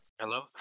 Hello